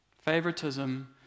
Favoritism